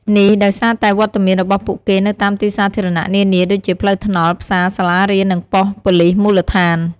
នេះដោយសារតែវត្តមានរបស់ពួកគេនៅតាមទីសាធារណៈនានា ដូចជាផ្លូវថ្នល់ ផ្សារ សាលារៀន និងប៉ុស្តិ៍ប៉ូលិសមូលដ្ឋាន។